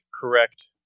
correct